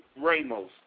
Ramos